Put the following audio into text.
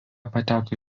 pateko